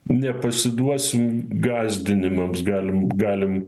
nepasiduosim gąsdinimams galim galim